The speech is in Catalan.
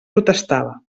protestava